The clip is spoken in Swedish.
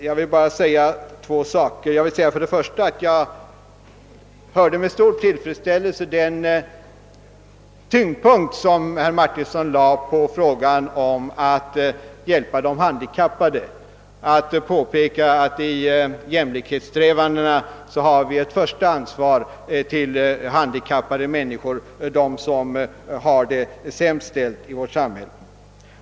Jag vill bara framhålla två saker. För det första vill jag säga att jag med stor tillfredsställelse noterade att herr Martinsson lade en sådan vikt vid hjälpen till de handikappade och påpekade att vi när det gäller jämlikhetssträvandena har ett första ansvar för handikappade människor, de som har det sämst ställt i vårt samhälle.